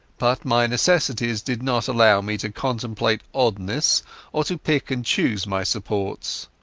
but my necessities did not allow me to contemplate oddnesses or to pick and choose my supports.